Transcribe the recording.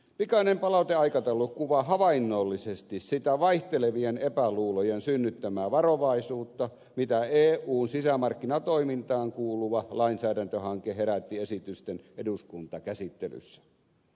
pikainen palauteaikataulu kuvaa havainnollisesti sitä vaihtelevien epäluulojen synnyttämää varovaisuutta mitä eun sisämarkkinatoimintaan kuuluva lainsäädäntöhanke herätti esitysten eduskuntakäsittelyssä